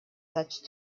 such